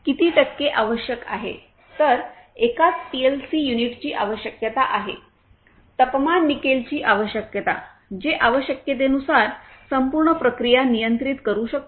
तर एकाच पीएलसी युनिटची आवश्यकता आहे तपमान निकेलची आवश्यकता जे आवश्यकतेनुसार संपूर्ण प्रक्रिया नियंत्रित करू शकते